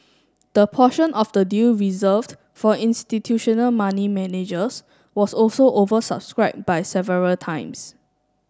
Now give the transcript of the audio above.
the portion of the deal reserved for institutional money managers was also oversubscribed by several times